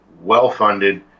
well-funded